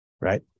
right